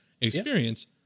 experience